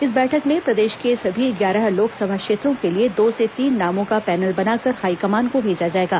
इस बैठक में प्रदेश के सभी ग्यारह लोकसभा क्षेत्रों के लिए दो से तीन नामों का पैनल बनाकर हाईकमान को भेजा जाएगा